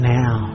now